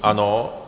Ano.